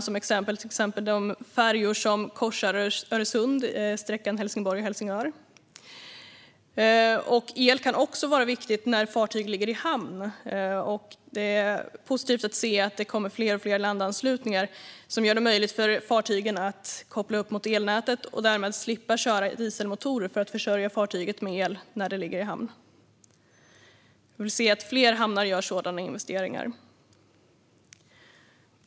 Som exempel vill jag lyfta fram de färjor som korsar Öresund på sträckan Helsingborg-Helsingör. El kan också vara viktigt när fartyg ligger i hamn. Det är positivt att se att det kommer fler och fler landanslutningar som gör det möjligt för fartygen att koppla upp sig mot elnätet och därmed slippa köra dieselmotorer för att försörja fartyget med el när det ligger i hamn. Jag vill se att fler hamnar gör sådana investeringar.